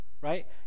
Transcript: right